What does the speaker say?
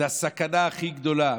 זו הסכנה הכי גדולה.